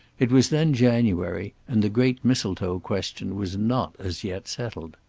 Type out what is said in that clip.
it was then january, and the great mistletoe question was not as yet settled.